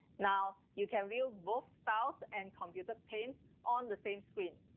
now, you can view both styles and computer panes on the same screen.